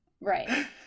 Right